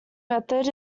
method